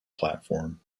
platform